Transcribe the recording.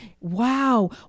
Wow